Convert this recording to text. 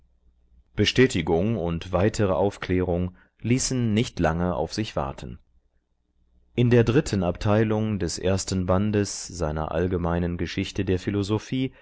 bestätigung und weitere aufklärung ließ nicht lange auf sich warten in der dritten abteilung des ersten bandes seiner allgemeinen geschichte der philosophie